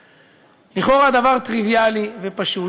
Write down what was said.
לכאורה, דבר טריוויאלי ופשוט.